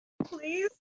Please